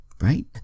right